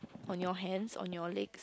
on your hands on your legs